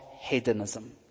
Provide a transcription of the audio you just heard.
hedonism